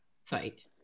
site